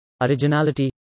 originality